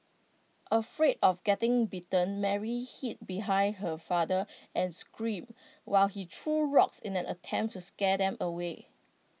afraid of getting bitten Mary hid behind her father and screamed while he threw rocks in an attempt to scare them away